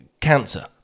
cancer